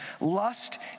Lust